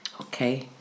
Okay